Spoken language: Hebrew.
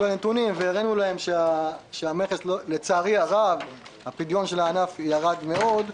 הנתונים והראינו להם שלצערי הרב הפדיון של הענף ירד מאוד.